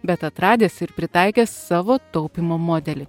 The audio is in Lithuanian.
bet atradęs ir pritaikęs savo taupymo modelį